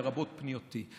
לרבות פנייתי.